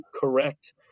correct